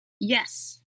Yes